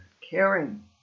caring